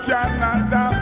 Canada